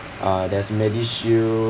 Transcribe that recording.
uh there's medishield